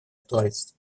актуальность